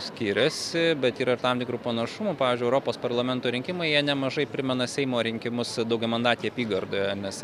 skiriasi bet yra ir tam tikrų panašumų pavyzdžiui europos parlamento rinkimai jie nemažai primena seimo rinkimus daugiamandatėje apygardoje mes